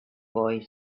boy